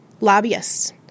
lobbyists